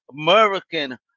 American